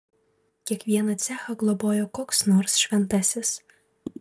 kiekvieną cechą globojo koks nors šventasis